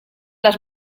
las